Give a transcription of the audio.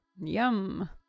Yum